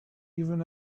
even